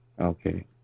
Okay